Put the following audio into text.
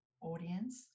audience